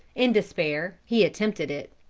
in despair he attempted it.